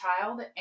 child